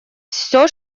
все